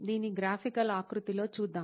దీన్ని గ్రాఫికల్ ఆకృతిలో చూద్దాం